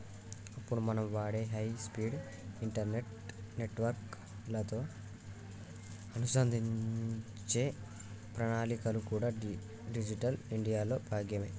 ఇప్పుడు మనం వాడే హై స్పీడ్ ఇంటర్నెట్ నెట్వర్క్ లతో అనుసంధానించే ప్రణాళికలు కూడా డిజిటల్ ఇండియా లో భాగమే